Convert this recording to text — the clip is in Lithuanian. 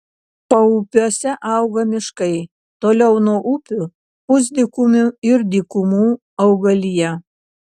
paupiuose auga miškai toliau nuo upių pusdykumių ir dykumų augalija